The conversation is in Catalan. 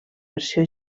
versió